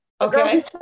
okay